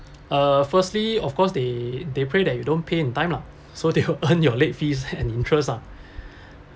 uh firstly of course they they pray that you don't pay in time lah so they will earn your late fees and interest ah